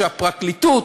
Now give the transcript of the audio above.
שהפרקליטות